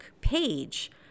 page